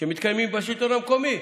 שמתקיימות בשלטון המקומי.